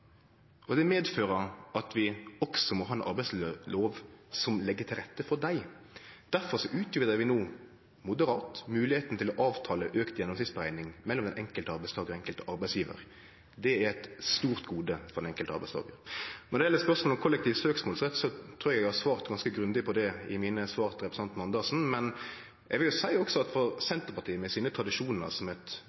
fagorganiserte. Det medfører at vi også må ha ei arbeidsmiljølov som legg til rette for dei. Derfor utvidar vi no – moderat – høvet til å avtale auka gjennomsnittsberekning mellom den enkelte arbeidstakaren og den enkelte arbeidsgivaren. Det er eit stort gode for den enkelte arbeidstakaren. Når det gjeld spørsmålet om kollektiv søksmålsrett, trur eg at eg har svart ganske grundig på det i svara mine til representanten Andersen, men eg vil også seie at for Senterpartiet med sine tradisjonar som eit